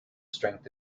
strength